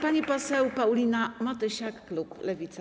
Pani poseł Paulina Matysiak, klub Lewica.